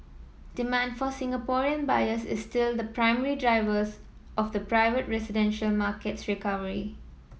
demand from Singaporean buyers is still the primary drivers of the private residential market's recovery